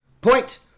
Point